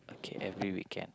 okay every weekend